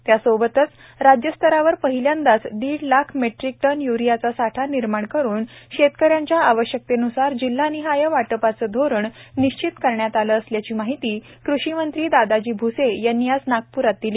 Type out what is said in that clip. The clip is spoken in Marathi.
त्यासोबतच राज्यस्तरावर पहिल्यांदाच दीड लाख मेट्टीक टन यूरीयाचा साठा निर्माण करुन शेतकऱ्यांच्या आवश्यकतेनुसार जिल्हानिहाय वाटपाचे धोरण निश्चित करण्यात आले असल्याची माहिती कृषी मंत्री दादाजी भूसे यांनी आज नागप्रात दिली